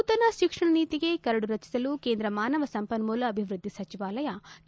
ನೂತನ ಶಿಕ್ಷಣ ನೀಟಿಗೆ ಕರಡು ರಚಿಸಲು ಕೇಂದ್ರ ಮಾನವ ಸಂಪನ್ನೂಲ ಅಭಿವ್ಯದ್ದಿ ಸಚಿವಾಲಯ ಕೆ